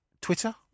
Twitter